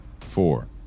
four